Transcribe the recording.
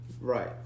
right